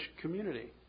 community